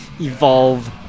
evolve